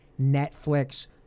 Netflix